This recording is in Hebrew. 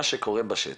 מה שקורה בשטח,